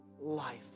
Life